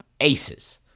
aces